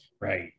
Right